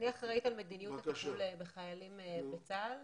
מדיניות הטיפול בחיילים בצה"ל,